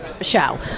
show